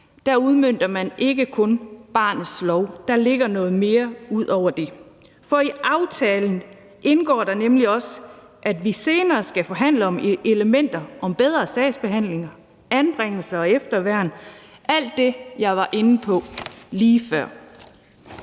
udmønter man ikke kun barnets lov. Der ligger noget mere ud over den. For i aftalen indgår der nemlig også, at vi senere skal forhandle om elementer om bedre sagsbehandling, anbringelse og efterværn – alt det, jeg var inde på lige før.